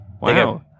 Wow